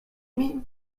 mean